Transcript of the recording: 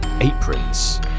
aprons